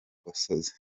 gasozi